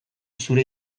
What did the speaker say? zure